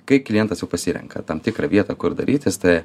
kai klientas jau pasirenka tam tikrą vietą kur darytis tai